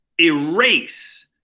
erase